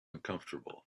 uncomfortable